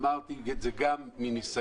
אמרתי את זה גם מניסיון